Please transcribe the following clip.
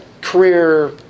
career